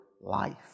life